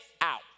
out